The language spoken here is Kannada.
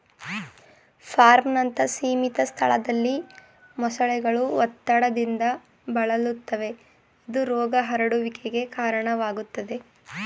ಫಾರ್ಮ್ನಂತ ಸೀಮಿತ ಸ್ಥಳದಲ್ಲಿ ಮೊಸಳೆಗಳು ಒತ್ತಡದಿಂದ ಬಳಲುತ್ತವೆ ಇದು ರೋಗ ಹರಡುವಿಕೆಗೆ ಕಾರಣವಾಗ್ತದೆ